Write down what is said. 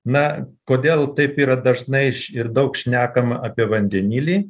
na kodėl taip yra dažnai ir daug šnekama apie vandenilį